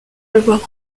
devoir